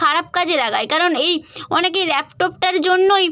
খারাপ কাজে লাগায় কারণ এই অনেকেই ল্যাপটপটার জন্যই